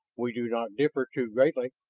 we do not differ too greatly.